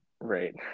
right